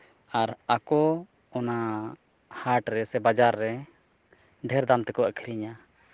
ᱟᱨ ᱟᱠᱚ ᱚᱱᱟ ᱦᱟᱴᱨᱮ ᱥᱮ ᱵᱟᱡᱟᱨ ᱨᱮ ᱰᱷᱮᱨ ᱫᱟᱢ ᱛᱮᱠᱚ ᱟᱹᱠᱷᱨᱤᱧᱟ